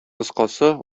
кыскасы